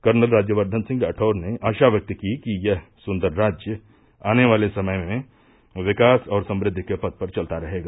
colonel Rajyavardhan Singh Rathore ने आशा व्यक्त की कि यह सुन्दर राज्य आने वाले समय में विकास और समृद्धि के पथ पर चलता रहेगा